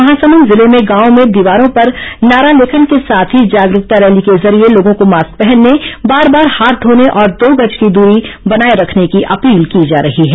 महासमुद जिले में गांवों में दीवारों पर नारा लेखन के साथ ही जागरूकता रैली के जरिए लोगों को मास्क पहनने बार बार हाथ घोने और दो गज की दूरी बनाए रखने की अपील की जा रही है